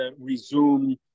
resume